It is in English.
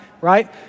right